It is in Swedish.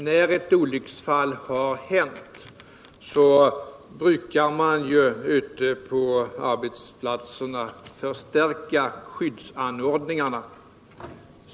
När ett olycksfall har hänt, brukar man ju ute på arbetsplatserna förstärka skyddsanordningarna.